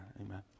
Amen